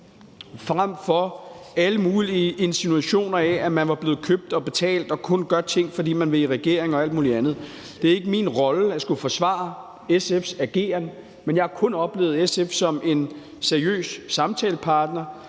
frem for alle mulige insinuationer om, at man var blevet købt og betalt og kun gør ting, fordi man vil i regering, og alt muligt andet. Det er ikke min rolle at skulle forsvare SF's ageren, men jeg har kun oplevet SF som en seriøs samtalepartner,